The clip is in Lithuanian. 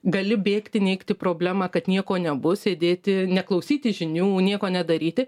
gali bėgti neigti problemą kad nieko nebus sėdėti neklausyti žinių nieko nedaryti